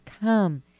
come